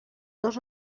dos